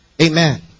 Amen